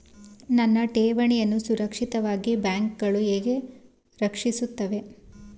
ನನ್ನ ಠೇವಣಿಯನ್ನು ಸುರಕ್ಷಿತವಾಗಿ ಬ್ಯಾಂಕುಗಳು ಹೇಗೆ ರಕ್ಷಿಸುತ್ತವೆ?